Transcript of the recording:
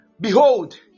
behold